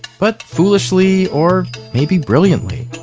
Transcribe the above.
but foolishly or maybe brilliantly,